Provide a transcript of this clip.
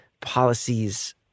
policies